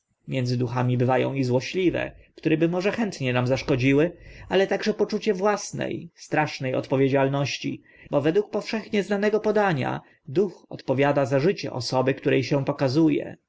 między duchami bywa ą i złośliwe które by może chętnie nam szkodziły ale także poczucie własne straszne odpowiedzialności bo według powszechnie znanego podania duch odpowiada za życie osoby której się pokazuje